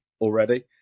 already